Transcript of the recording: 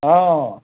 অঁ